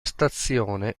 stazione